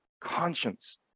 conscience